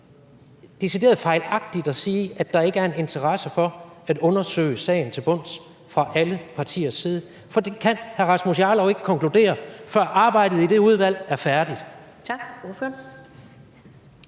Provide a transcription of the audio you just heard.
hen decideret fejlagtigt at sige, at der ikke er en interesse for at undersøge sagen til bunds fra alle partiers side. For det kan hr. Rasmus Jarlov ikke konkludere, før arbejdet i det udvalg er færdigt. Kl.